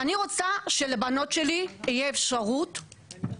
אני רוצה שלבנות שלי תהיה אפשרות לרכוש,